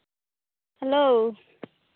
hello